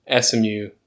SMU